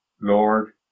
Lord